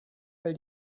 weil